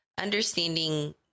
understanding